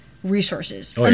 Resources